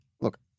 look